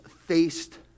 faced